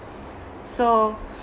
so